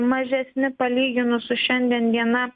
mažesni palyginus su šiandien diena